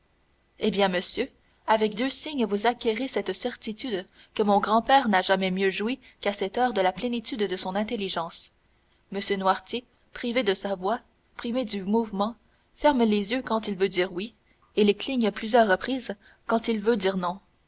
eh bien monsieur avec deux signes vous acquerrez cette certitude que mon grand-père n'a jamais mieux joui qu'à cette heure de la plénitude de son intelligence m noirtier privé de sa voix privé du mouvement ferme les yeux quand il veut dire oui et les cligne à plusieurs reprises quand il veut dire non